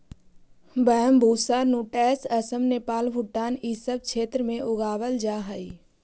Bambusa nutans Assam, Nepal, Bhutan इ सब क्षेत्र में उगावल जा हई